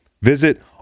Visit